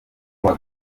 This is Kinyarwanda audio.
kuwa